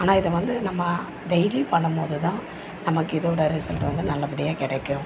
ஆனால் இதை வந்து நம்ம டெயிலி பண்ணும் போது தான் நமக்கு இதோடய ரிசல்ட் வந்து நல்லபடியாக கிடைக்கும்